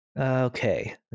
Okay